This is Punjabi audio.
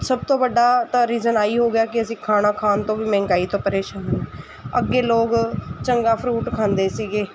ਸਭ ਤੋਂ ਵੱਡਾ ਤਾਂ ਰੀਜਨ ਆਹੀ ਹੋ ਗਿਆ ਕਿ ਅਸੀਂ ਖਾਣਾ ਖਾਣ ਤੋਂ ਵੀ ਮਹਿੰਗਾਈ ਤੋਂ ਪਰੇਸ਼ਾਨ ਅੱਗੇ ਲੋਕ ਚੰਗਾ ਫਰੂਟ ਖਾਂਦੇ ਸੀਗੇ